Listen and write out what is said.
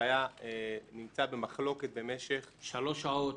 שנמצא במחלוקת במשך --- שלוש שעות?